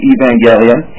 Evangelion